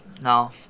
No